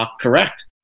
correct